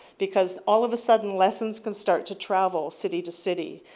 because all of a sudden lessons can start to travel city to city.